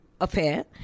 affair